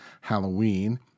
Halloween